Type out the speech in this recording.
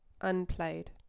unplayed